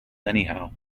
anyhow